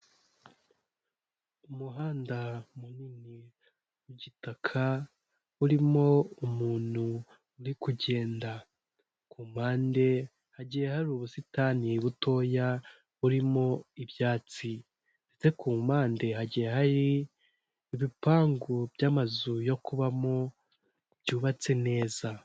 Umuhanda munini w'gitaka urimo umuntu uri kugenda kumpande hagiye hari ubusitani butoya burimo ibyatsi ndetse kumpande hagiye hari ibipangu by'amazu yo kubamo byubatse neza.